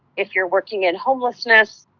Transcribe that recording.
if you're working in homelessness,